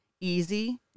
easy